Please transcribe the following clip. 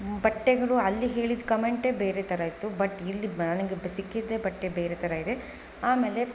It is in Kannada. ಬಟ್ಟೆಗಳು ಅಲ್ಲಿ ಹೇಳಿದ ಕಮೆಂಟೇ ಬೇರೆ ಥರ ಇತ್ತು ಬಟ್ ಇಲ್ಲಿ ನನಗೆ ಸಿಕ್ಕಿದ್ದೇ ಬಟ್ಟೆ ಬೇರೆ ಥರ ಇದೆ ಆಮೇಲೆ